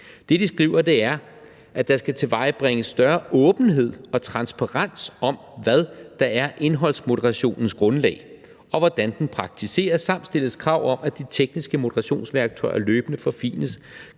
Det, de skriver, er, at der skal tilvejebringes større åbenhed og transparens om, hvad der er indholdsmoderationens grundlag, og hvordan den praktiseres, samt stilles krav om, at de tekniske moderationsværktøjer løbende forfines.